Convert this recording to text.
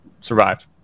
survived